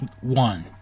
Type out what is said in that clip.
one